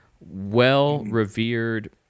well-revered